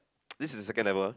this is second level